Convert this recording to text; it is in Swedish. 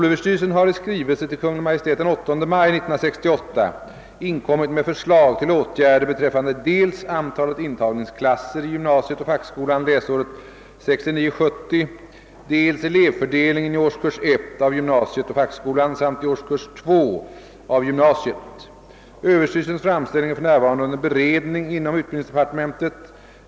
Överstyrelsens framställning är för närvarande under beredning inom utbildningsdepartementet.